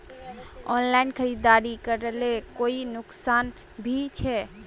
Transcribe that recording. Online खरीदारी करले कोई नुकसान भी छे?